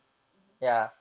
mmhmm